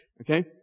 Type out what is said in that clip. Okay